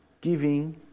giving